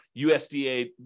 USDA